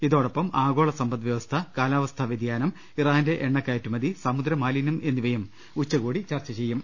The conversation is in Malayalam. ഇതോടൊപ്പം ആഗോള സമ്പദ് വ്യവസ്ഥ കാലാവസ്ഥാ വ്യതി യാനം ഇറാന്റെ എണ്ണ കയറ്റുമതി സമുദ്ര മാലിന്യം എന്നിവയും ഉച്ചകോടി ചർച്ച ചെയ്യും